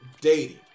dating